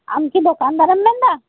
ᱟᱢ ᱠᱤ ᱫᱚᱠᱟᱱᱫᱟᱨᱮᱢ ᱢᱮᱱᱮᱫᱟ